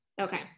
okay